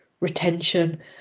retention